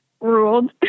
ruled